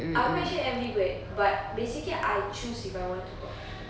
aku actually ambivert but basically I choose if I want to